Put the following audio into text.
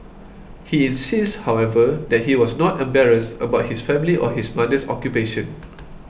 he insists however that he was not embarrassed about his family or his mother's occupation